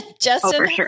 Justin